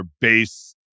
base